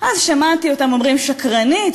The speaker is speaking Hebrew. שמעתי אותם אומרים "שקרנית",